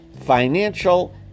Financial